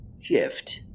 shift